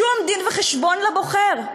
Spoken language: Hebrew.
שום דין-וחשבון לבוחר.